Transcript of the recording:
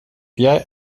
jij